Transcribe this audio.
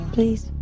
Please